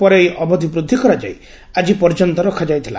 ପରେ ଏହି ଅବଧି ବୃଦ୍ଧି କରାଯାଇ ଆଜି ପର୍ଯ୍ୟନ୍ତ ରଖାଯାଇଥିଲା